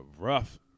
rough